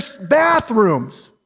bathrooms